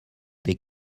des